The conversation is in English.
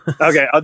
Okay